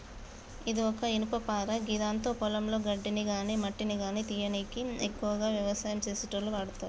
ఇది ఒక ఇనుపపార గిదాంతో పొలంలో గడ్డిని గాని మట్టిని గానీ తీయనీకి ఎక్కువగా వ్యవసాయం చేసేటోళ్లు వాడతరు